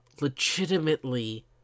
legitimately